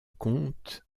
compte